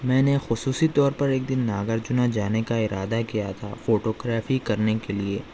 میں نے خصوصی طور پر ایک دن ناگرجنا جانے کا ارادہ کیا تھا فوٹوگرافی کرنے کے لیے